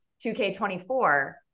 2K24